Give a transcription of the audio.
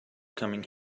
coming